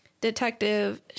detective